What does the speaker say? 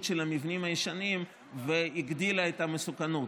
של המבנים הישנים והגדילה את המסוכנות.